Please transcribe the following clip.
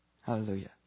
Hallelujah